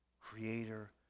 creator